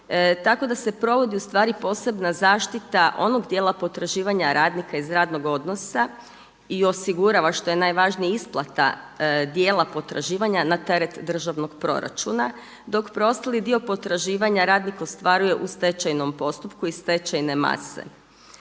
tako da se provodi u stvari posebna zaštita onog dijela potraživanja radnika iz radnog odnosa i osigurava što je najvažnije isplata dijela potraživanja na teret državnog proračuna dok preostali dio potraživanja radnik ostvaruje u stečajnom postupku iz stečajne mase.